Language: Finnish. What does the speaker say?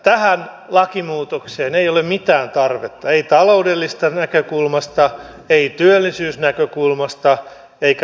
tähän lakimuutokseen ei ole mitään tarvetta ei taloudellisesta näkökulmasta ei työllisyysnäkökulmasta eikä sosiaalista tarvetta